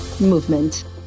movement